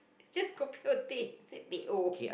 just kopi or teh you said teh-O